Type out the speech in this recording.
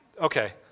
Okay